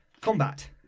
combat